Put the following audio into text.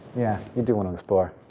yeah, you do want to explore.